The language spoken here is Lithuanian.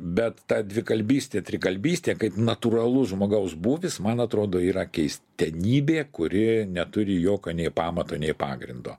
bet ta dvikalbystė trikalbystė kaip natūralus žmogaus būvis man atrodo yra keistenybė kuri neturi jokio nei pamato nei pagrindo